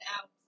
out